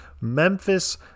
Memphis